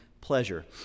pleasure